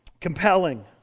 Compelling